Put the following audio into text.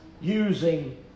using